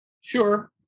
sure